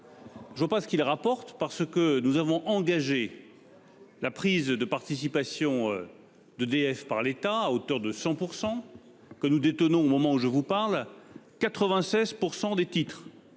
Je ne vois pas ce qu'il apporte, parce que nous avons engagé la prise de participation d'EDF par l'État à hauteur de 100 %; au moment où je vous parle, nous détenons